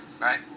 right